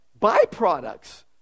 byproducts